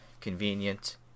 convenient